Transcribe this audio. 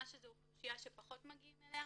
שזאת אוכלוסייה שפחות מגיעים אליה,